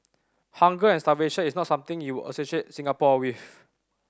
hunger and starvation is not something you associate Singapore with